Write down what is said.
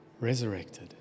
resurrected